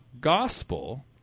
gospel